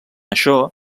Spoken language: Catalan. això